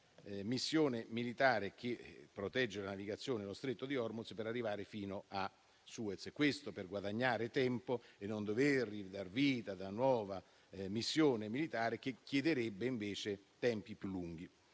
missione militare che protegge la navigazione nello Stretto di Hormuz per arrivare fino a Suez. Questo per guadagnare tempo e non dover ridar vita a una nuova missione militare, che richiederebbe invece tempi più lunghi.